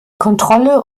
kontrolle